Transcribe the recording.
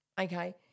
okay